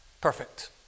perfect